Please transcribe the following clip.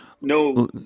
no